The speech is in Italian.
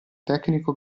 tecnico